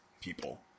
people